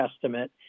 Testament